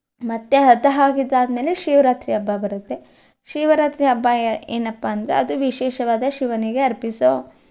ಮತ್ತು ಅದು ಆಗಿದ್ದು ಆದ ಮೇಲೆ ಶಿವರಾತ್ರಿ ಹಬ್ಬ ಬರುತ್ತೆ ಶಿವರಾತ್ರಿ ಹಬ್ಬ ಏನಪ್ಪ ಅಂದರೆ ಅದು ವಿಶೇಷವಾದ ಶಿವನಿಗೆ ಅರ್ಪಿಸೋ